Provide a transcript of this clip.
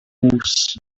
moors